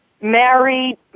married